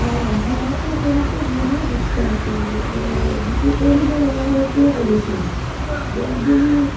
অঁ সিহঁতে সৰুতে মহা দুষ্ট আছিল যে যিটো কৰিব নালাগে সেইটোৱে কৰিছিল যে এদিন